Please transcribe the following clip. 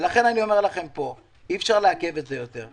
ולכן, אני אומר לכם פה שאי אפשר לעכב את זה יותר.